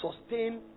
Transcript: sustain